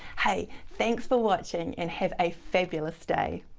hey, thanks for watching and have a fabulous day.